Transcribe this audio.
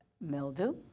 Mildew